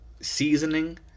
seasoning